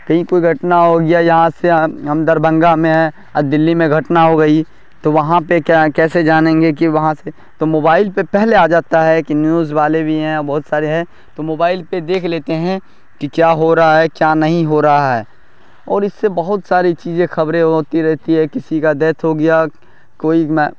کہیں کوئی گھٹنا ہو گیا یہاں سے ہم ہم دربھنگہ میں ہیں اور دلّی میں گھٹنا ہو گئی تو وہاں پہ کیا کیسے جانیں گے کہ وہاں سے تو موبائل پہ پہلے آ جاتا ہے کہ نیوز والے بھی ہیں بہت سارے ہیں تو موبائل پہ دیکھ لیتے ہیں کہ کیا ہو رہا ہے کیا نہیں ہو رہا ہے اور اس سے بہت ساری چیزیں خبریں ہوتی رہتی ہیں کسی کا دیتھ ہو گیا کوئی